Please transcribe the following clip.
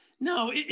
No